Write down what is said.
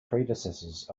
predecessors